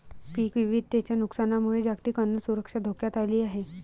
पीक विविधतेच्या नुकसानामुळे जागतिक अन्न सुरक्षा धोक्यात आली आहे